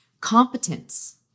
Competence